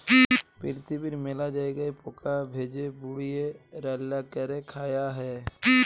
পিরথিবীর মেলা জায়গায় পকা ভেজে, পুড়িয়ে, রাল্যা ক্যরে খায়া হ্যয়ে